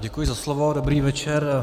Děkuji za slovo, dobrý večer.